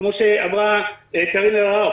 כמו שאמרה קארין אלהרר,